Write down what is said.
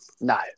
No